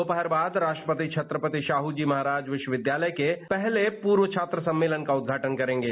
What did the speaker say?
दोपहर बाद राष्ट्रपति छत्रपति शाहू जी महाराज विश्वविद्यालय के पहले पूर्व छात्र सम्मेलन का उद्याटन करेंगे